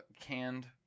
canned